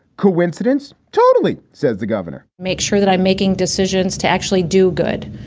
coincidence? totally, says the governor make sure that i'm making decisions to actually do good.